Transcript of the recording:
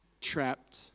trapped